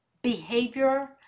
behavior